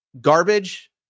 garbage